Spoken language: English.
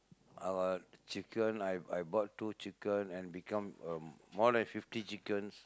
I got chicken I bought two chicken then become a more than fifty chickens